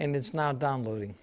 and it's not downloading